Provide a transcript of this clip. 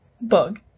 Bug